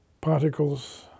particles